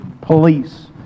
police